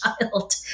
child